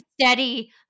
steady